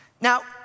Now